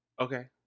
Okay